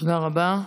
תודה רבה.